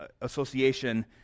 Association